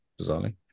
bizarrely